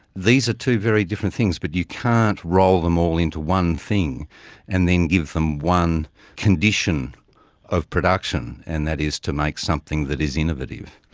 these are two very different things but you can't roll them all into one thing and then give them one condition of production and that is to make something that is innovative.